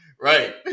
right